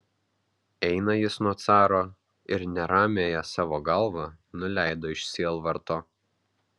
eina jis nuo caro ir neramiąją savo galvą nuleido iš sielvarto